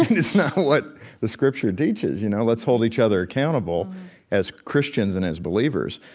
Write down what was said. it's not what the scripture teaches, you know. let's hold each other accountable as christians and as believers,